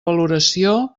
valoració